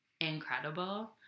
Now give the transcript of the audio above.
incredible